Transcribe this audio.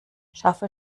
schaffe